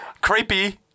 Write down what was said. Creepy